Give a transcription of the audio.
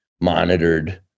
monitored